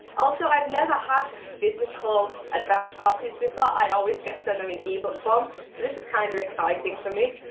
also, i've never had physical advanced copies before. i always get them them in ebook form. so this is kind of exciting for me,